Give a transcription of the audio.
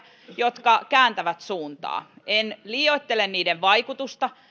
jotka kääntävät suuntaa en liioittele niiden vaikutusta